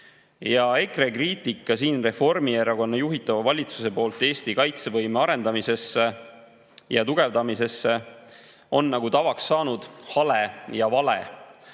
Ja EKRE kriitika siin Reformierakonna juhitava valitsuse poolt Eesti kaitsevõime arendamise ja tugevdamisese [pihta] on, naga tavaks saanud, hale ja vale.